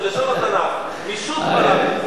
זה בלשון התנ"ך: "משוט בארץ".